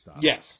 Yes